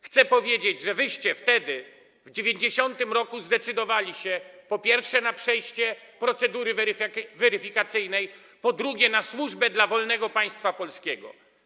Chcę powiedzieć, że wyście wtedy, w 1990 r., zdecydowali się, po pierwsze, na przejście procedury weryfikacyjnej, po drugie, na służbę dla wolnego państwa polskiego.